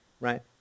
right